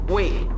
Wait